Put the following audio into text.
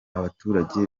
baturage